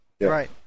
Right